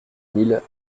mille